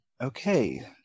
Okay